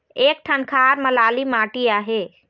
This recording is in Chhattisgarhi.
एक ठन खार म लाली माटी आहे?